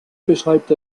beschreibt